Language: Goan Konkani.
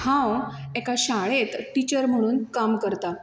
हांव एका शाळेंत टिचर म्हणून काम करतां